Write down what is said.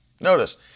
Notice